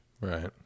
Right